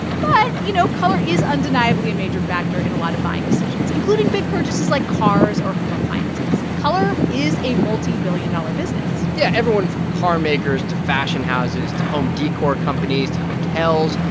but you know, color is undeniably a major factor in a lot of buying decisions, including big purchases like cars or home appliances. color is a multibillion-dollar business yeah. everyone from carmakers to fashion houses to home decor companies to hotels,